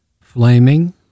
flaming